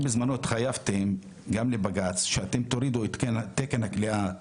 התחייבתם גם לבג"ץ שאתם תורידו את תקן הכליאה